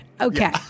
Okay